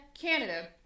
canada